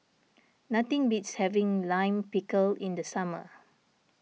nothing beats having Lime Pickle in the summer